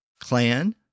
clan